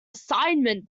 assignment